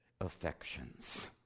affections